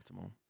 Optimal